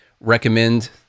recommend